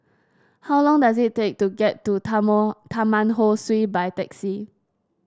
how long does it take to get to Tamon Taman Ho Swee by taxi